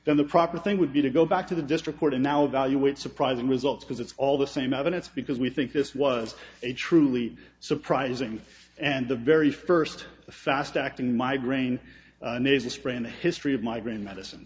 then the proper thing would be to go back to the district court and now that you would surprising results because it's all the same evidence because we think this was a truly surprising and the very first fast acting migraine nasal spray in the history of migraine medicine